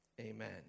Amen